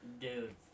Dude